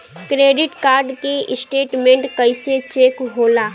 Credit card के statement कइसे check होला?